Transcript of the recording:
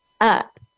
up